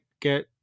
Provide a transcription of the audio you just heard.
get